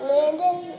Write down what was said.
Landon